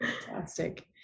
Fantastic